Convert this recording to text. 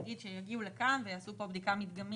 נגיד שיגיעו לכאן ויעשו פה בדיקה מדגמית